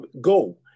go